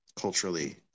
culturally